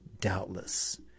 doubtless